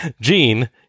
Gene